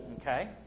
okay